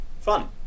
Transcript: fun